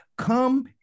Come